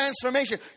transformation